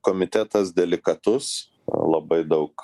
komitetas delikatus labai daug